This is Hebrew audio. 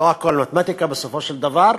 לא הכול מתמטיקה בסופו של דבר.